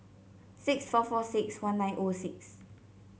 six four four six one nine zero six